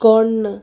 कोण